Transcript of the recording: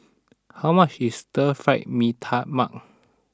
how much is Stir Fry Mee Tai Mak